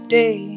day